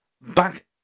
back